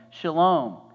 Shalom